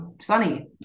sunny